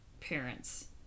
parents